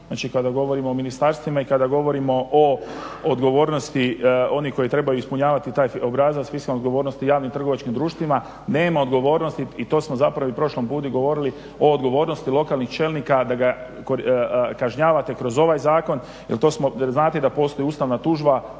znači kada govorimo o ministarstvima i kada govorimo o odgovornosti onih koji trebaju ispunjavati taj obrazac fiskalne odgovornosti javnim trgovačkim društvima nema odgovornosti i to smo zapravo i prošli put govorili o odgovornosti lokalnih čelnika da ga kažnjavate kroz ovaj zakon. Jer to smo, znate da postoji ustavna tužba